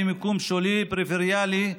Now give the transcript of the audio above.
במיקום שולי ופריפריאלי,